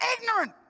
ignorant